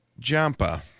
Jampa